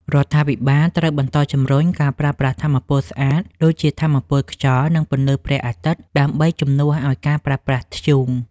រដ្ឋាភិបាលត្រូវបន្តជំរុញការប្រើប្រាស់ថាមពលស្អាតដូចជាថាមពលខ្យល់ និងពន្លឺព្រះអាទិត្យដើម្បីជំនួសឱ្យការប្រើប្រាស់ធ្យូង។